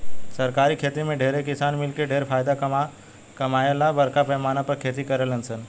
सरकारी खेती में ढेरे किसान मिलके ढेर फायदा कमाए ला बरका पैमाना पर खेती करेलन सन